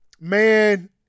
Man